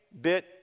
bit